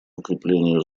укреплению